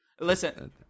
Listen